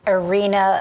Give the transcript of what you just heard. arena